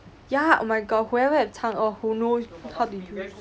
ya oh my god whoever have change who knows how play